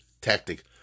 tactic